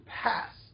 pass